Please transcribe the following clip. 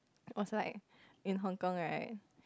I was like in Hong-Kong right